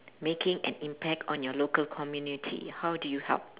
making an impact on your local community how do you help